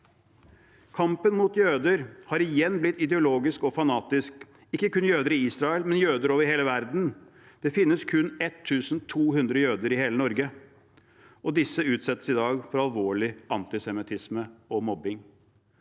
Kampen mot jøder har igjen blitt ideologisk og fanatisk – ikke bare mot jøder i Israel, men mot jøder over hele verden. Det finnes kun 1 200 jøder i hele Norge, og disse utsettes i dag for alvorlig antisemittisme og mobbing.